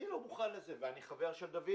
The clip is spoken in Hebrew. רגע.